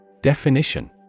Definition